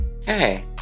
hey